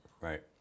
right